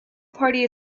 party